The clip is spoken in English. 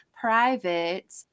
private